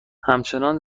همچنان